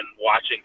watching